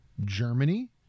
Germany